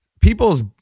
people's